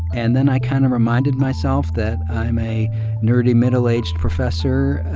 and then i kind of reminded myself that i'm a nerdy, middle-aged professor,